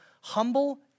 humble